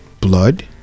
blood